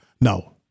No